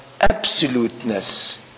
Absoluteness